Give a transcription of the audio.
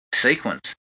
sequence